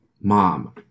Mom